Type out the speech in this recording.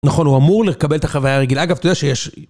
נכון, הוא אמור לקבל את החוויה הרגילה. אגב, אתה יודע שיש...